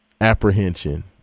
apprehension